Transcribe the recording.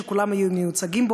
שכולם יהיו מיוצגים בו,